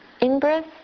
in-breath